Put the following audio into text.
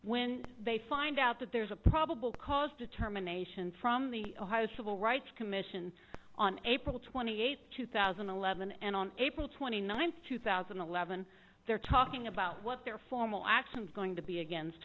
when they find out that there's a probable cause determination from the ohio civil rights commission on april twenty eighth two thousand and eleven and on april twenty ninth two thousand and eleven they're talking about what their formal actions going to be against